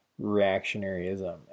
reactionaryism